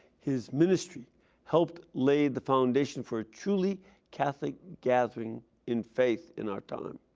his ministry helped lay the foundation for a truly catholic gathering in faith in our time.